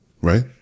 right